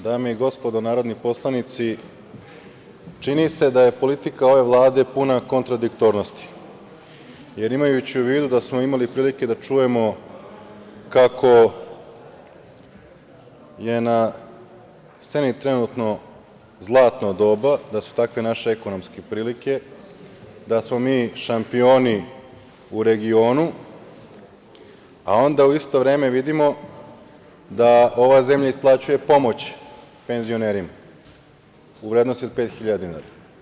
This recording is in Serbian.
Dame i gospodo narodni poslanici, čini se da je politika ove Vlade puna kontradiktornosti, jer imajući u vidu da smo imali prilike da čujemo kako je na sceni trenutno zlatno doba, da su takve naše ekonomske prilike, da smo mi šampioni u regionu, a onda u isto vreme vidimo da ova zemlja isplaćuje pomoć penzionerima u vrednosti od 5.000,00 dinara.